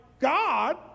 God